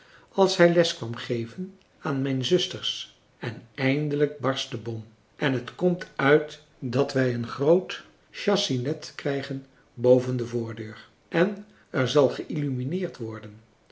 als hij les kwam geven aan mijn zusters en eindelijk barst de bom en het komt uit dat wij een groot chassinet krijgen boven de voordeur en er zal geïllumineerd worden